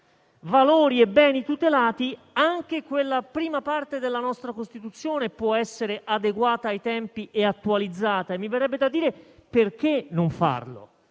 valori e beni tutelati, anche quella parte della nostra Costituzione può essere adeguata ai tempi e attualizzata: mi chiedo dunque perché non farlo.